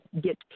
get